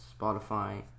Spotify